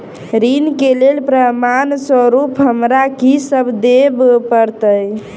ऋण केँ लेल प्रमाण स्वरूप हमरा की सब देब पड़तय?